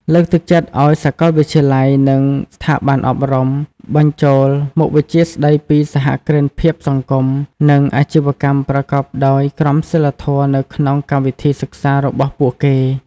លើកទឹកចិត្តឱ្យសាកលវិទ្យាល័យ និងស្ថាប័នអប់រំ បញ្ចូលមុខវិជ្ជាស្តីពីសហគ្រិនភាពសង្គម និងអាជីវកម្មប្រកបដោយក្រមសីលធម៌នៅក្នុងកម្មវិធីសិក្សារបស់ពួកគេ ។